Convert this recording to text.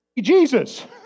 Jesus